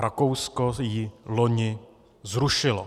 Rakousko ji loni zrušilo.